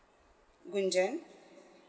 gunjan